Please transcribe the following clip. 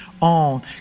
on